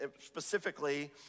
specifically